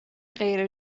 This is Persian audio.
غیر